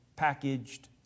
Packaged